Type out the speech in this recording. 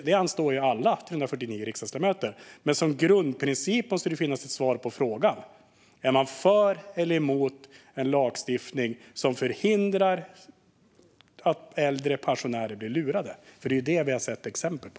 Detta ankommer på alla 349 riksdagsledamöter, men som grundprincip ska det finnas ett svar på frågan om man är för eller emot en lagstiftning som förhindrar att äldre pensionärer blir lurade, vilket vi har sett exempel på.